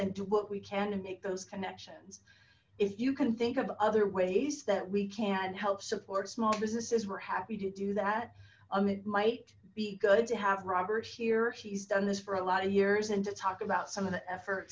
and do what we can to make those connections if you can think of other ways that we can help support small businesses we're happy to do that um it might be good to have robert here he's done this for a lot of years and to talk about some of the effort